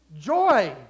joy